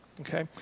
okay